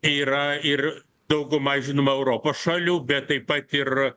yra ir dauguma žinoma europos šalių bet taip pat ir